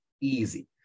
Easy